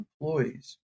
employees